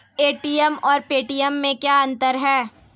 ATM और Paytm में क्या अंतर है?